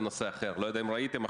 לא יודע אם ראיתם,